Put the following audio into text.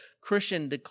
Christian